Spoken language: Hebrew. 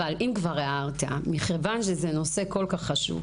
אבל אם אתה כבר הערת מכיוון שזה נושא כל כך חשוב